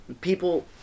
people